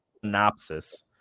synopsis